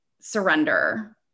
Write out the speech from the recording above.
surrender